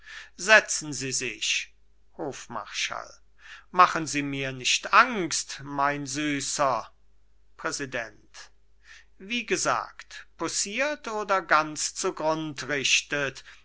setzen sie sich hofmarschall machen sie mir nicht angst mein süßer präsident wie gesagt poussiert oder ganz zu